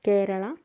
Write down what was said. Kerala